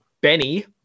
Benny